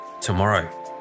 tomorrow